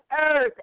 earth